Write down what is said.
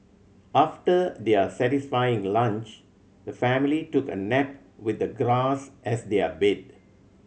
after their satisfying lunch the family took a nap with the grass as their bed